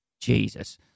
Jesus